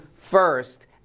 first